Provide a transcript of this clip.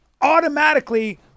automatically